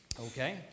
Okay